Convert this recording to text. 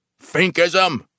Finkism